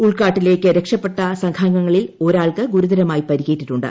ഉൾക്കാട്ടിലേക്ക് രക്ഷപ്പെട്ട് സംഘാംഗങ്ങളിൽ ഒരാൾക്ക് ഗുരുതരമായി പരിക്കേറ്റിട്ടുണ്ട്